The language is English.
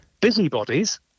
busybodies